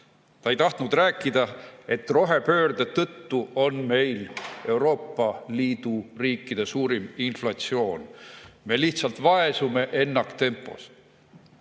Ta ei tahtnud rääkida, et rohepöörde tõttu on meil Euroopa Liidu riikide suurim inflatsioon. Me lihtsalt vaesume ennaktempos.